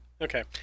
Okay